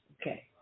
Okay